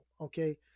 okay